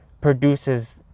produces